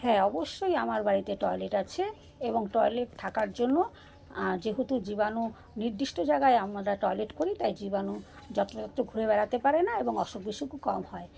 হ্যাঁ অবশ্যই আমার বাড়িতে টয়লেট আছে এবং টয়লেট থাকার জন্য যেহেতু জীবাণু নির্দিষ্ট জায়গায় আমরা টয়লেট করি তাই জীবাণু যত যত্র ঘুরে বেড়াতে পারে না এবং অসুখ বিসুখও কম হয়